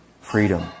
freedom